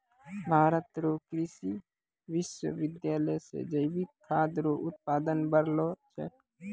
भारत रो कृषि विश्वबिद्यालय से जैविक खाद रो उत्पादन बढ़लो छै